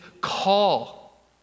call